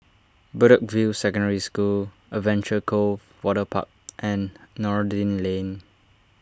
Bedok View Secondary School Adventure Cove Waterpark and Noordin Lane